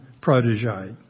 protege